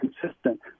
consistent